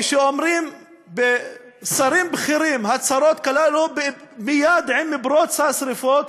כשאומרים שרים בכירים הצהרות כאלה מייד עם פרוץ השרפות,